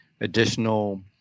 additional